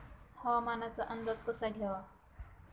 हवामानाचा अंदाज कसा घ्यावा?